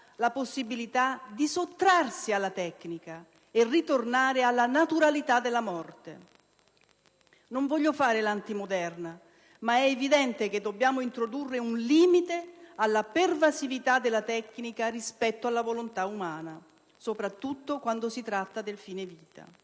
la possibilità di sottrarsi alla tecnica e ritornare alla naturalità della morte. Non voglio fare l'antimoderna, ma è evidente che dobbiamo introdurre un limite alla pervasività della tecnica rispetto alla volontà umana, soprattutto quando si tratta del fine vita.